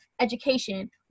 education